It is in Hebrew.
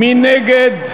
מי נגד?